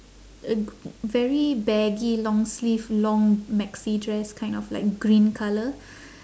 a very baggy long sleeve long maxi dress kind of like green colour